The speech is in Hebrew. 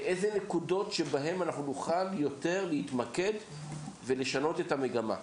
באילו נקודות נוכל יותר להתמקד ולשנות את המגמה?